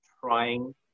trying